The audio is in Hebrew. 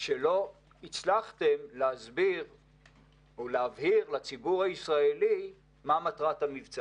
שידעו לעמוד בפני הציבור במדינת ישראל.